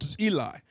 Eli